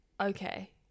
okay